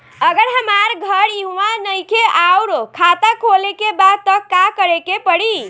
अगर हमार घर इहवा नईखे आउर खाता खोले के बा त का करे के पड़ी?